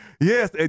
Yes